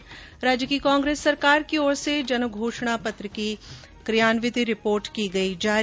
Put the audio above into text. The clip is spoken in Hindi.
्र राज्य की कांग्रेस सरकार की ओर से जन घोषणा पत्र की कियान्विति रिपोर्ट की गई जारी